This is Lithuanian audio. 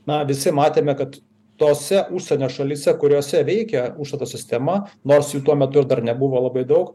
na visi matėme kad tose užsienio šalyse kuriose veikia užstato sistema nors jų tuo metu ir dar nebuvo labai daug